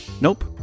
nope